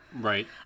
Right